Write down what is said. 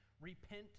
repent